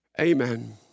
Amen